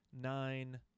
nine